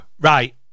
Right